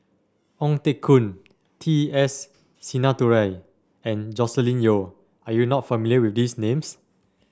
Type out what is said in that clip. Ong Teng Koon T S Sinnathuray and Joscelin Yeo are you not familiar with these names